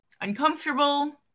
uncomfortable